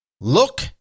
look